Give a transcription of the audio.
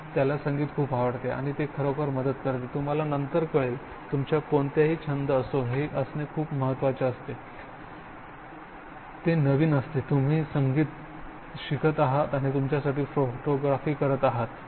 पण त्याला संगीत खूप आवडते आणि ते खरोखर मदत करते तुम्हाला नंतर कळेल तुमचा कोणताही छंद असो हे असणे खूप महत्त्वाचे आहे ते नवीन असते तुम्ही संगीत शिकत आहात आणि तुमच्यासाठी फोटोग्राफी करत आहात